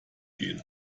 gehen